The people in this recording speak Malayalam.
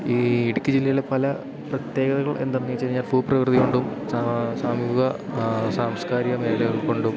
ഈ ഇടുക്കി ജില്ലയിലെ പല പ്രത്യേകതകൾ എന്താണെന്നു വെച്ചു കഴിഞ്ഞാൽ ഭൂപ്രകൃതികൊണ്ടും സാമൂഹിക സാംസ്കാരിക മേഖലകൾകൊണ്ടും